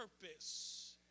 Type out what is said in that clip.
purpose